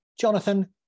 Jonathan